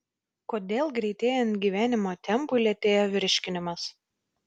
kodėl greitėjant gyvenimo tempui lėtėja virškinimas